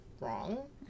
wrong